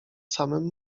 samym